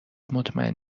مطمئن